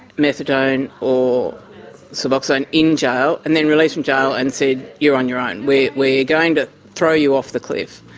methadone or suboxone in jail and then released from jail and said, you're on your own. we're we're going to throw you off the cliff.